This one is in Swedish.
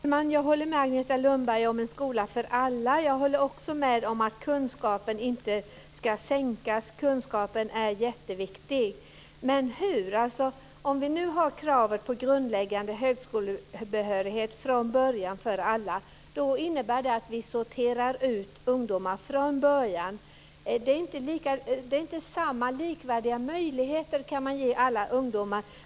Fru talman! Jag håller med Agneta Lundberg i fråga om en skola för alla. Jag håller också med om att kunskapskraven inte ska sänkas - kunskapen är jätteviktig. Men hur ska det ske? Om vi nu har kravet på grundläggande högskolebehörighet för alla från början innebär det att vi sorterar ut ungdomar från början. Likvärdiga möjligheter kan vi ge alla ungdomar.